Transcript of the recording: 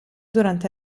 durante